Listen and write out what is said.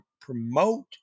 promote